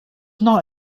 not